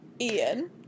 Ian